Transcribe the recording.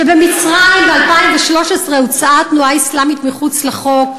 שבמצרים ב-2013 הוצאה התנועה האסלאמית מחוץ לחוק.